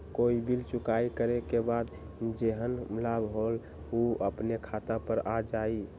कोई बिल चुकाई करे के बाद जेहन लाभ होल उ अपने खाता पर आ जाई?